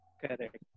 Correct